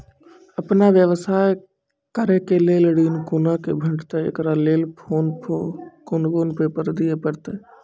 आपन व्यवसाय करै के लेल ऋण कुना के भेंटते एकरा लेल कौन कौन पेपर दिए परतै?